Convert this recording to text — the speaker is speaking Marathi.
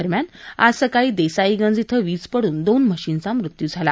दरम्यान आज सकाळी देसाईगंज इथं वीज पडून दोन म्हशींचा मृत्यू झाला